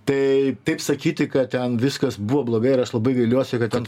tai taip sakyti kad ten viskas buvo blogai ir as labai gailiuosi kad ten